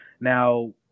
Now